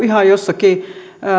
ihan jossakin